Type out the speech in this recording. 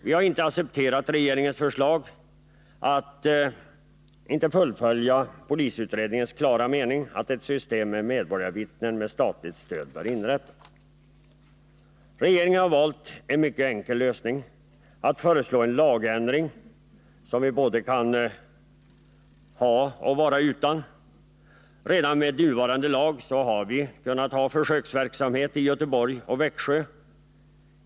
Vi har inte accepterat regeringens förslag att inte fullfölja polisutredningens klara mening att ett system med medborgarvittnen med statligt stöd bör inrättas. Regeringen har valt en mycket enkel lösning, nämligen att föreslå en lagändring som vi kan både ha och vara utan. Redan med nuvarande lag har vi kunnat ha försöksverksamhet i Göteborg och Växjö.